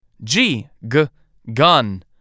G-g-gun